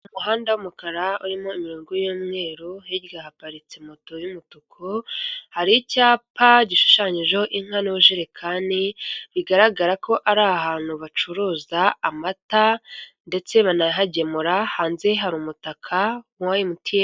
Mu umuhanda w'umukara urimo imirongo y'umweru hirya haparitse moto y'umutuku hari icyapa gishushanyijeho inka n'amajerekani bigaragara ko ari ahantu bacuruza amata, ndetse banahagemura hanze hari umutaka wa emutiyene.